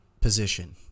position